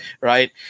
Right